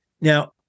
Now